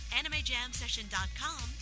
AnimeJamSession.com